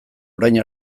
orain